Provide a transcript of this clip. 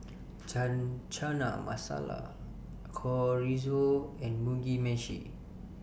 Chana Masala Chorizo and Mugi Meshi